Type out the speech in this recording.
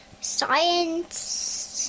science